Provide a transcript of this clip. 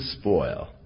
spoil